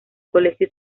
colegio